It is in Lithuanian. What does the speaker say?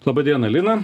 laba diena lina